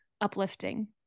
uplifting